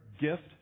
gift